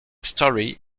story